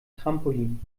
trampolin